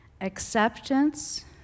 acceptance